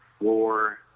war